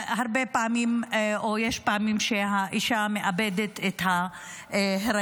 הרבה פעמים או יש פעמים שהאישה מאבדת את ההיריון,